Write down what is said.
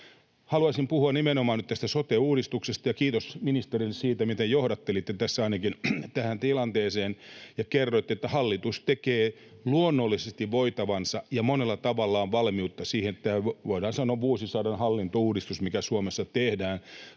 Haluaisin puhua nyt nimenomaan tästä sote-uudistuksesta, ja kiitos ministerille siitä, miten johdattelitte tässä ainakin tähän tilanteeseen ja kerroitte, että hallitus tekee luonnollisesti voitavansa ja monella tavalla on valmiutta siihen, että vuosisadan hallintouudistus — voidaan